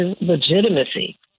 legitimacy